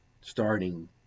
starting